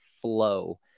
flow